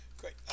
great